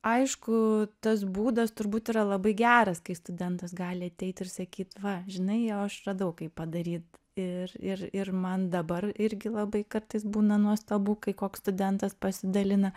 aišku tas būdas turbūt yra labai geras kai studentas gali ateit ir sakyt va žinai o aš radau kaip padaryt ir ir ir man dabar irgi labai kartais būna nuostabu kai koks studentas pasidalina